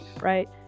Right